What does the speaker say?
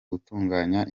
gutunganya